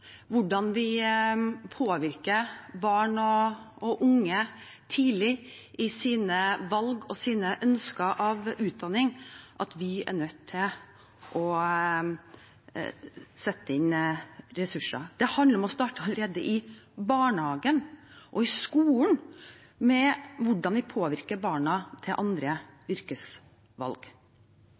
hvordan vi påvirker barn og unge tidlig i deres valg og ønsker med hensyn til utdanning, at vi er nødt til å sette inn ressurser. Det handler om å starte allerede i barnehagen og i skolen med hvordan vi påvirker barna til andre yrkesvalg.